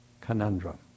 conundrum